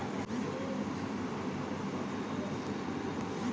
শস্য কাটার পাছত অধিক গুরুত্বপূর্ণ লক্ষ্য হইলেক পণ্যক শীতল রাখা